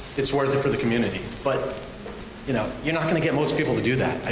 it's worth it for the community. but you know you're not gonna get most people to do that.